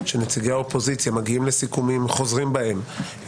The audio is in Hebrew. שנציגי האופוזיציה מגיעים לסיכומים וחוזרים בהם,